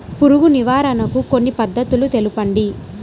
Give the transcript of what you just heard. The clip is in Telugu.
పురుగు నివారణకు కొన్ని పద్ధతులు తెలుపండి?